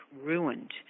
ruined